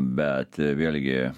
bet vėlgi